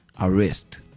arrest